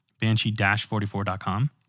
banshee-44.com